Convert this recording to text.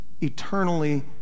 eternally